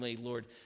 Lord